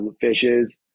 fishes